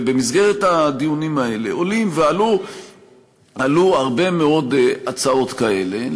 במסגרת הדיונים האלה עולות ועלו הרבה מאוד הצעות כאלה,